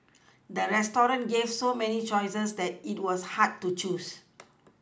the restaurant gave so many choices that it was hard to choose